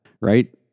right